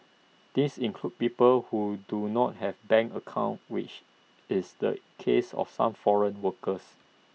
these include people who do not have bank accounts which is the case of some foreign workers